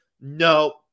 No